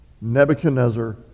nebuchadnezzar